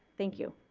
thank you.